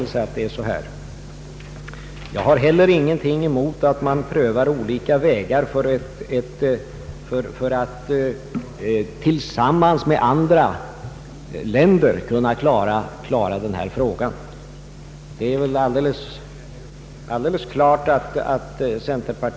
Efter att ha åhört svaret på den enkla fråga som framställdes i torsdags och efter att ha deltagit i avdelningens behandling av den och varit med om att utforma statsutskottets skrivning blev jag litet konfunderad över statsrådets svar.